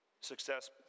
success